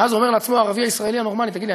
ואז אומר לעצמו הערבי הישראלי הנורמלי: תגיד לי,